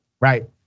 Right